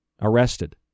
arrested